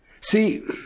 See